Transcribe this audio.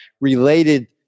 Related